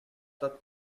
that